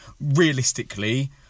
Realistically